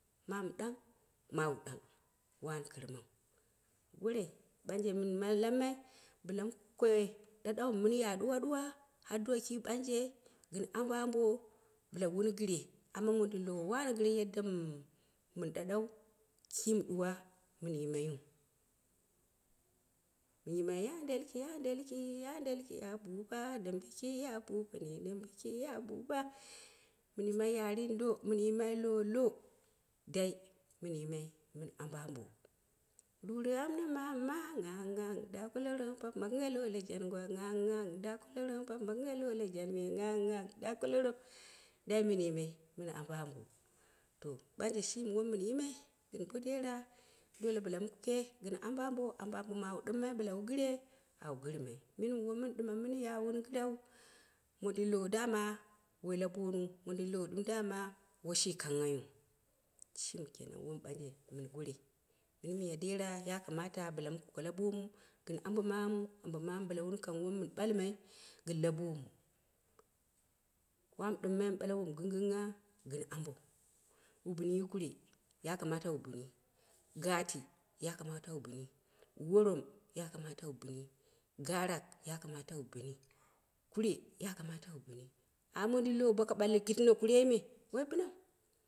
Mawu ɗang mamu ɗang wani kirmau gore i ɓangje mɨn lamma bɨla min koi ɗaɗau mɨ mɨn ya duwa ɗuwa har do kii ɓanje gɨn ambo ambo bɨla wun gɨre amma mondin lowo wani gɨre yadda mɨn ɗaɗau kiim ɗuwa mɨn yimaiu. Mɨn yimai ye delki ya delki ya delki ya buba dembe kii ya pupini dembe kii ya buba mɨn yimai yarindo, mɨn yimai lowo low dai mɨn yimai mɨn ambo ambo #dura amna mamu mag nganga damko tono papma gɨnga lora jan gwa nganga dam koloro papma gɨnga lora jan gwa nganga da ko lowo dai mɨn yimai mɨn ambo ambo. To ɓanje shimi won min yimai gɨn bo dera do bɨla mɨn kuke gɨn ambo ambo, ambo ambo mɨ awu ɗɨmmai bɨle wu gɨre awu gɨrmai mɨn ɗɨm mini bo woi mɨn ɗɨma mun ya wun gɨrau mondin low dama woi la booniu mondin low ɗɨm dama woi shi kanghaiu shimi kenan wona bangje mɨn gorei mini miya dera ya kamata bɨla mu kuke labomu gɨn ambo mamnu, ambo mamu bɨla wun kangha wom mɨn ɓalmal gɨn labomu, wamu ɗimmai mu ɓae wom ginggingha gɨn ambou, wu bin yi kure, ya kamata wu bini, gati ya kamata wu bɨni, worom ya kamata wu bɨni, garak ya kamata wu bɨni, kure ya kamata wu bini. Amma mondin lowo ka ɓalli gɨttɨno kurei me, woi binina.